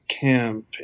camp